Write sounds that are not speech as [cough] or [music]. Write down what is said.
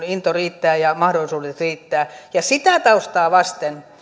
[unintelligible] into riittää ja mahdollisuudet riittävät sitä taustaa vasten